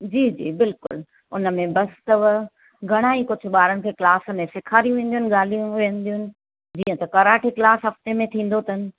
जी जी बिल्कुलु हुनमें बस अथव घणा ई कुझु ॿारनि खे क्लास में सेखारियूं वेंदियूं आहिनि ॻाल्हियूं वेंदियूं आहिनि जीअं त कराटे क्लास हफ़्ते में थींदो अथनि